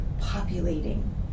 populating